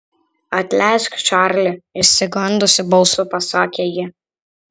atleisk čarli išsigandusi balsu pasakė ji